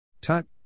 Tut